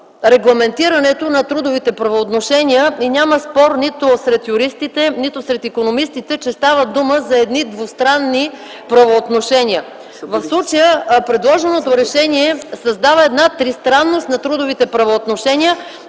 регламентирането на трудовите правоотношения и няма спор нито сред юристите, нито сред икономистите, че става дума за едни двустранни правоотношения. В случая предложеното решение създава една тристранност на трудовите правоотношения,